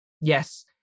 Yes